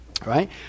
right